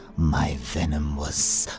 my venom was